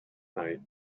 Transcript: night